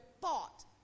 thought